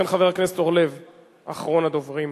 חבר הכנסת אורלב הוא אחרון הדוברים,